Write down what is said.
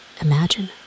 Imagine